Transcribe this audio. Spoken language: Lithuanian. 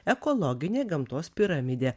ekologinė gamtos piramidė